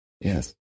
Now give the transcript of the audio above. yes